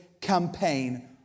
campaign